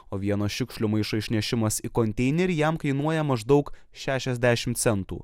o vieno šiukšlių maišo išnešimas į konteinerį jam kainuoja maždaug šešiasdešim centų